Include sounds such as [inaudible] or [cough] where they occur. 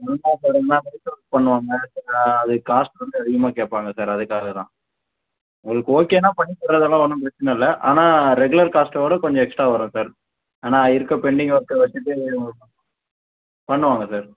[unintelligible] பண்ணுவாங்கள் சரிங்களா அதுக்கு காஸ்ட் கொஞ்சம் அதிகமாக கேட்பாங்க சார் அதுக்காக தான் உங்களுக்கு ஓகேன்னா பண்ணித் தர்றத்தில் ஒன்றும் பிரச்சினை இல்லை ஆனால் ரெகுலர் காஸ்ட்டை விட கொஞ்சம் எக்ஸ்ட்ரா வரும் சார் ஏன்னால் இருக்கற பெண்டிங் ஒர்க்கை வச்சுட்டு [unintelligible] பண்ணுவாங்கள் சார்